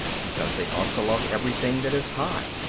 because they ought to love everything that is high.